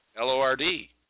L-O-R-D